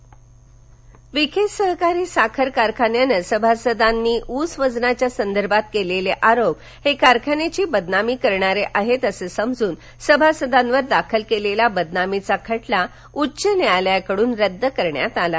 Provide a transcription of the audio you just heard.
विखे साखर कारखाना अहमदनगर विखे सहकारी साखर कारखान्यानं सभासदांनी ऊस वजनाच्या संदर्भात केलेले आरोप हे कारखान्याची बदनामी करणारे आहेत असे समजून सभासदांवर दाखल केलेला बदनामीचा खटला उच्च न्यायालयाकडून रद्द करण्यात आला आहे